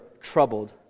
troubled